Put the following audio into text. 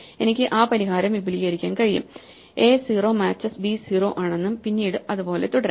എനിക്ക് ആ പരിഹാരം വിപുലീകരിക്കാൻ കഴിയും എ 0 മാച്ചസ് b 0 ആണെന്നും പിന്നീട് അതുപോലെ തുടരാം